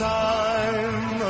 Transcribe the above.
time